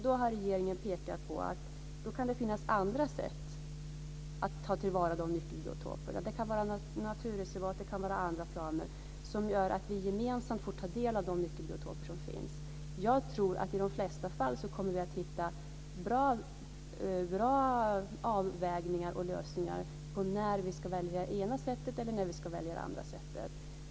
Då har regeringen påpekat att det då kan finnas andra sätt att ta till vara de nyckelbiotoperna - det kan vara naturreservat, det kan vara andra planer som gör att vi gemensamt får ta del av de nyckelbiotoper som finns. Jag tror att vi i de flesta fall kommer att hitta bra avvägningar och lösningar på när vi ska välja det ena sättet och när vi ska välja andra sätt.